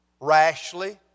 rashly